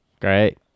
Great